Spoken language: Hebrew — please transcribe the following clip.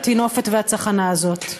את הטינופת והצחנה הזאת.